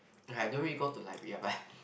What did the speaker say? I don't really go to library lah but